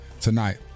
tonight